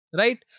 right